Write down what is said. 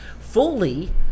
fully